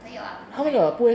可以啊不可以 meh